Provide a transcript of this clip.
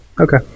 Okay